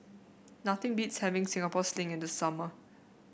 nothing beats having Singapore Sling in the summer